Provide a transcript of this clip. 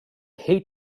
hate